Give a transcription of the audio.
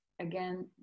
Again